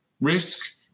risk